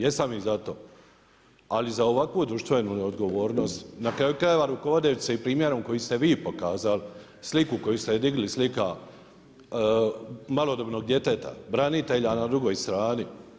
Jesam i za to, ali za ovakvu društvenu neodgovornost, na kraju krajeva i rukovodeći se primjerom koji ste vi pokazali, sliku koju ste digli slika malodobnog djeteta branitelja na drugoj strani.